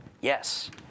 Yes